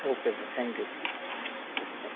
okay sir thank you sir thank you